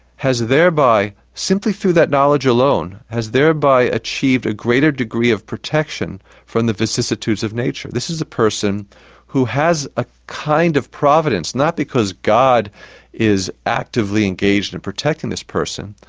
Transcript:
has thereby, simply through that knowledge alone, has thereby achieved a greater degree of protection from the vicissitudes of nature. this is a person who has a kind of providence. not because god is actively engaged in protecting this person,